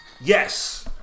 Yes